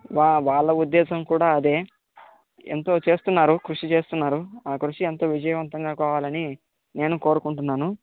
ఆ వాళ్ళ ఉద్దేశం కూడా అదే ఎంతో చేస్తున్నారు కృషి చేస్తున్నారు ఆ కృషి అంతా విజయవంతం కావాలని నేను కోరుకుంటున్నాను